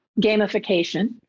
gamification